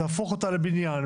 תהפוך אותה לבניין,